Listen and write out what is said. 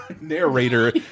narrator